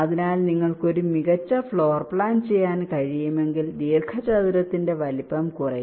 അതിനാൽ നിങ്ങൾക്ക് ഒരു മികച്ച ഫ്ലോർ പ്ലാൻ ചെയ്യാൻ കഴിയുമെങ്കിൽ ദീർഘചതുരത്തിന്റെ വലുപ്പം കുറയും